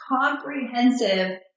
comprehensive